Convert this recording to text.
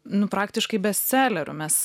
nu praktiškai bestseleriu mes